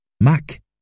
Mac